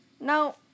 Now